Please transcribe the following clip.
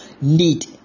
need